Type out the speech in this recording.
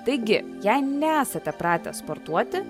taigi jei nesate pratę sportuoti